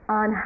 on